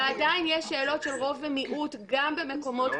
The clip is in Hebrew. ועדיין יש שאלות של רוב ומיעוט גם במקומות